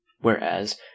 whereas